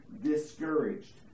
discouraged